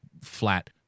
flat